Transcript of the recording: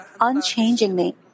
unchangingly